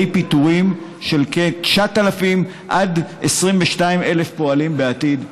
פיטורים של כ-9,000 עד 22,000 פועלים בעתיד במשק.